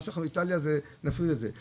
מה שיש באיטליה נפריד את זה.